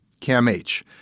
CAMH